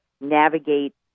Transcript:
navigate